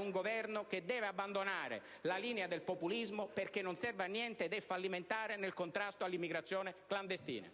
un Governo che deve abbandonare la linea del populismo, perché non serve a niente ed è fallimentare nel contrasto all'immigrazione clandestina.